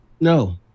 no